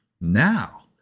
Now